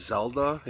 Zelda